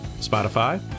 Spotify